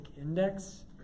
Index